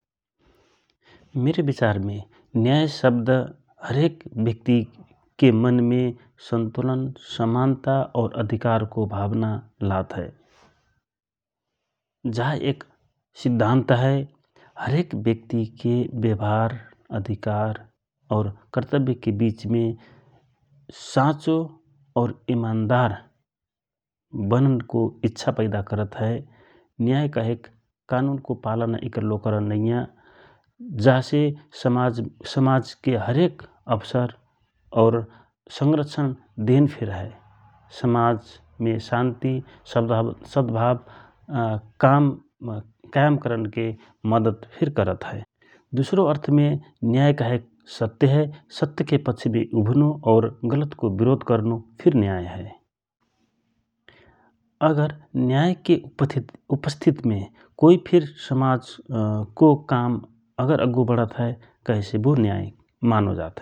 मिर विचार मे न्याय शब्द हरेक व्यक्तिके मनमे सन्तुलन समान्ता ,और अधिकारको भावना लागत हए जहे एक सिद्धान्त हए । हरेक व्यक्तिके व्यवहार अधिकार और कर्तव्यक के विचमे साँचो और इमन्दार बनको इच्छा पैदा करत हए । न्यनय कहेक कानुको पालना करन इकल्लो नैया जा से समाजके हरेक अवसर और संरक्षण देन फिर हए समाजमे शान्ति कायम करने मद्दत फिर करत हए । दुसरो अर्थमे न्याय कहेक सत्य हए सत्यके पक्षमे उभिनो और गलतको विरोध करनो फिर न्याय हए । अगर न्ययके कोइ फिर समाजको काम अग्गु बढत हए कहेसे बो न्याय मानो जात हए ।